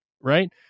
right